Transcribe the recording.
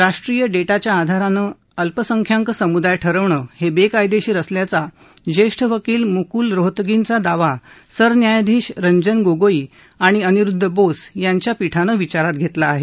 राष्ट्रीय डेटाच्या आधाराने अल्पसंख्यांक समुदाय ठरवणं हे बेकायदेशीर असल्याचा ज्येष्ठ वकील मुकुल रोहतगींचा दावा सरन्यायाधीश रंजन गोगोई आणि अनिरुद्ध बोस यांच्या पीठानं विचारात घेतला आहे